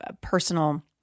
personal